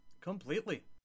completely